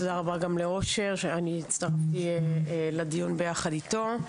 תודה רבה גם לאושר שאני הצטרפתי לדיון ביחד איתו.